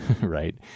right